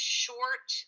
short